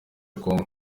congo